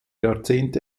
jahrzehnte